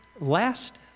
last